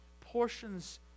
portions